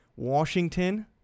Washington